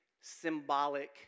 symbolic